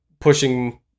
pushing